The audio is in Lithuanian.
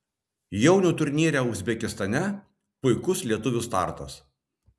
jaunių turnyre uzbekistane puikus lietuvių startas